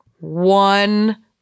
one